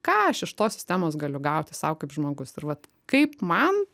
ką aš iš tos sistemos galiu gauti sau kaip žmogus ir vat kaip man